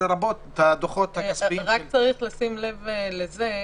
לרבות הדוחות הכספיים." צריך רק לשים לב לזה,